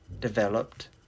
developed